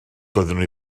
doeddwn